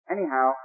Anyhow